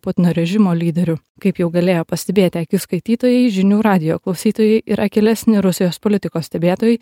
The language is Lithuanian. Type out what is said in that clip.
putino režimo lyderių kaip jau galėjo pastebėti skaitytojai žinių radijo klausytojai ir akylesni rusijos politikos stebėtojai